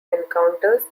encounters